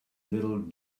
little